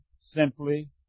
simply